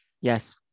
Yes